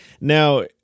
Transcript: Now